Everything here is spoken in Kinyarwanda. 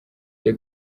the